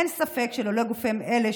אין ספק שללא גופים אלה,